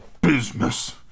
business